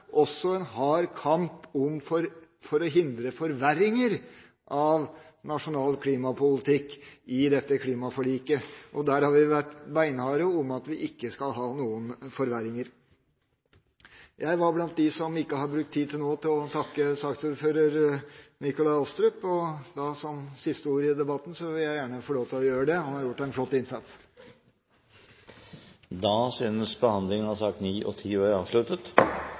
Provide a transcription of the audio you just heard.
også en hard kamp for å hindre forverring av nasjonal klimapolitikk i dette klimaforliket, og der har vi vært beinharde om at vi ikke skal ha noen forverring. Jeg er blant dem som ikke har brukt tid til nå på å takke saksordfører Nikolai Astrup, og som siste ord i debatten vil jeg gjerne få lov til å gjøre det. Han har gjort en flott innsats. Flere har ikke bedt om ordet til sakene nr. 9 og